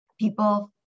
people